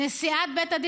נשיאת בית המשפט העליון,